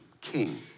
king